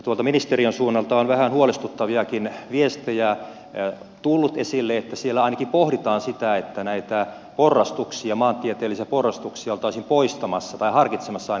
tuolta ministeriön suunnalta on vähän huolestuttaviakin viestejä tullut esille että siellä ainakin pohditaan sitä että näitä porrastuksia maantieteellisiä porrastuksia oltaisiin poistamassa tai harkitsemassa ainakin että poistetaan